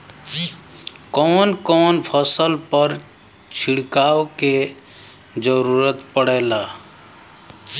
कवन कवन फसल पर छिड़काव के जरूरत पड़ेला?